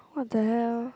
what the hell